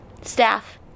staff